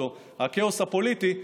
הכאוס הפוליטי,